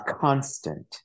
constant